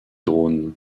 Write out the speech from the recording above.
drones